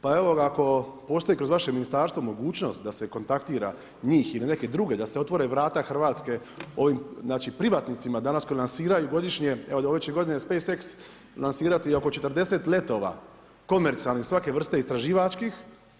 Pa evo ako postoji kroz vaše ministarstvo mogućnost da se kontaktira njih ili neke druge da se otvore vrata Hrvatske ovim, znači privatnicima danas koji lansiraju godišnje, evo od iduće godine SpaceX lansirati oko 40 letova komercijalnih svake vrste istraživačkih.